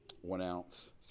one-ounce